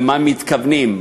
למה מתכוונים,